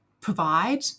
provide